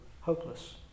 hopeless